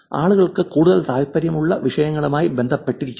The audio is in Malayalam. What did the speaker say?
ആളുകൾക്ക് കൂടുതൽ താൽപ്പര്യമുള്ള വിഷയവുമായി ബന്ധപ്പെട്ടിരിക്കുന്നു